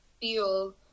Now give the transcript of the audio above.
feel